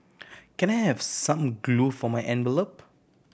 can I have some glue for my envelope